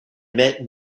met